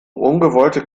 ungewollte